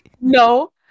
No